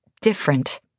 different